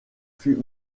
fut